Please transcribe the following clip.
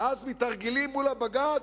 ואז מתארגנים מול הבג"ץ,